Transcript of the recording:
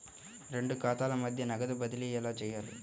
రెండు ఖాతాల మధ్య నగదు బదిలీ ఎలా చేయాలి?